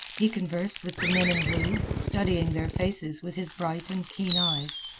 he conversed with the men in blue, studying their faces with his bright and keen eyes.